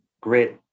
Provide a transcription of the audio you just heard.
great